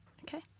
Okay